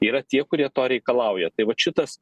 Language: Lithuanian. yra tie kurie to reikalauja tai vat šitas